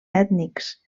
ètnics